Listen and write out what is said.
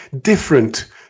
different